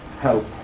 help